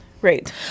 great